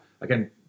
Again